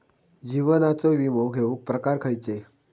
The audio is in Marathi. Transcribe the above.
जीवनाचो विमो घेऊक प्रकार खैचे?